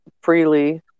freely